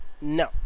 no